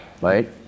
right